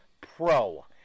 pro